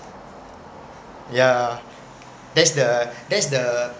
yeah that's the that's the